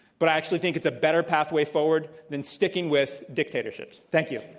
but i actually think it's a better pathway forward than sticking with dictatorships. thank you.